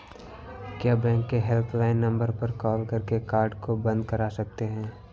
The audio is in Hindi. क्या बैंक के हेल्पलाइन नंबर पर कॉल करके कार्ड को बंद करा सकते हैं?